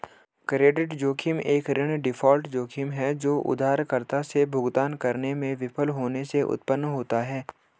credit जोखिम एक ऋण डिफ़ॉल्ट जोखिम है जो उधारकर्ता से भुगतान करने में विफल होने से उत्पन्न होता है